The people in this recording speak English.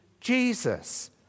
Jesus